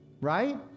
Right